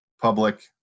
public